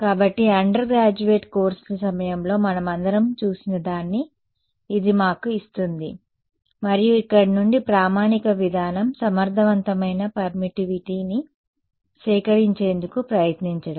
కాబట్టి అండర్గ్రాడ్యుయేట్ కోర్సుల సమయంలో మనమందరం చూసిన దాన్ని ఇది మాకు ఇస్తుంది మరియు ఇక్కడ నుండి ప్రామాణిక విధానం సమర్థవంతమైన పర్మిట్టివిటిని సేకరించేందుకు ప్రయత్నించడం